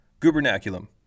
gubernaculum